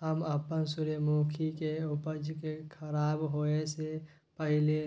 हम अपन सूर्यमुखी के उपज के खराब होयसे पहिले